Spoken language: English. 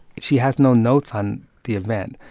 she has no notes on the event.